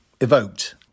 evoked